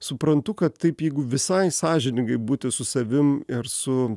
suprantu kad taip jeigu visai sąžiningai būti su savim ir su